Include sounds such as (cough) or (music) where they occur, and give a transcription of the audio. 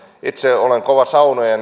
itse olen kova saunoja (unintelligible)